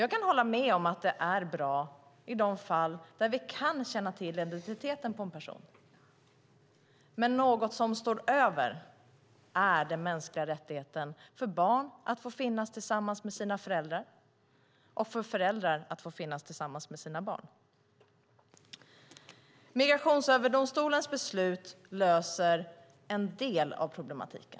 Jag kan hålla med om att det är bra i de fall vi känner till identiteten på en person, men det finns något som står över det, nämligen den mänskliga rättigheten för barn att få vara tillsammans med sina föräldrar och för föräldrar att få vara tillsammans med sina barn. Migrationsöverdomstolens beslut löser en del av den problematiken.